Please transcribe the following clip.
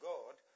God